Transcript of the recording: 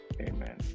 Amen